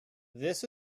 this